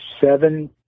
seven